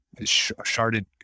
sharded